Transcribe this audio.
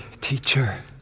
teacher